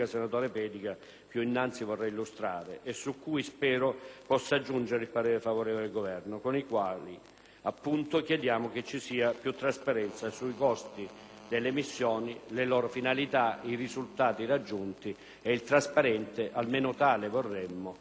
appunto, chiediamo che ci sia più trasparenza sui costi delle missioni, le loro finalità, i risultati raggiunti e l'impiego - che, appunto, vorremmo davvero trasparente - di consulenze esterne, come quelle previste dal decreto che ci accingiamo a convertire.